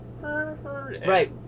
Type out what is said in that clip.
right